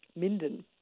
Minden